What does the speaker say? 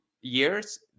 years